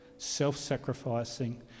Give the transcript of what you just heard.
self-sacrificing